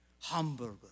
hamburger